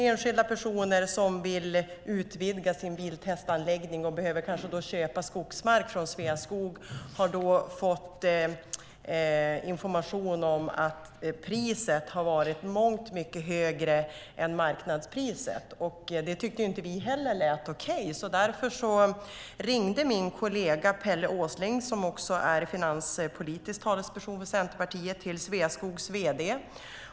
Enskilda som vill utvidga sin biltestanläggning och kanske behöver köpa skogsmark från Sveaskog har fått informationen att priset har varit mångt mycket högre än marknadspriset. Det tyckte inte vi heller lät okej, så därför ringde min kollega Per Åsling, som är finanspolitisk talesperson för Centerpartiet, till Sveaskogs vd.